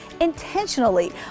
intentionally